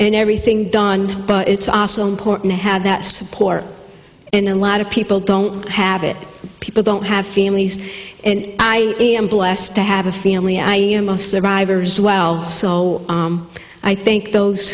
and everything done but it's also important to have that support in a lot of people don't have it people don't have families and i am blessed to have a family i am of survivors well so i think those